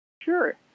Sure